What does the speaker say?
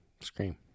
Scream